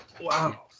Wow